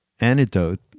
antidote